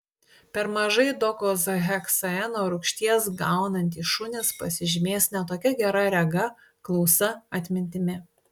per mažai dokozaheksaeno rūgšties gaunantys šunys pasižymės ne tokia gera rega klausa atmintimi